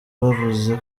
bavuze